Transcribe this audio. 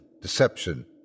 deception